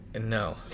No